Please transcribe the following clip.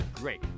great